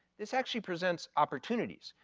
this actually presents opportunities.